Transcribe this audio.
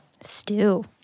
Stew